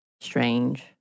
Strange